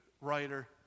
writer